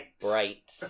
bright